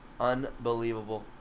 Unbelievable